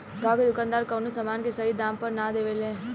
गांव के दुकानदार कवनो समान के सही दाम पर ना देवे ले